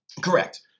Correct